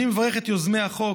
אני מברך את יוזמי החוק,